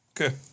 Okay